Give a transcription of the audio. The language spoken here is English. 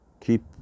keep